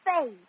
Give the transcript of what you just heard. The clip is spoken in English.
face